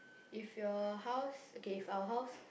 if your house okay if our house